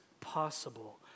possible